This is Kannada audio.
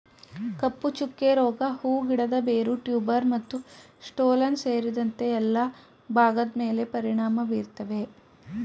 ಕಪ್ಪುಚುಕ್ಕೆ ರೋಗ ಹೂ ಗಿಡದ ಬೇರು ಟ್ಯೂಬರ್ ಮತ್ತುಸ್ಟೋಲನ್ ಸೇರಿದಂತೆ ಎಲ್ಲಾ ಭಾಗದ್ಮೇಲೆ ಪರಿಣಾಮ ಬೀರ್ತದೆ